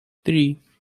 три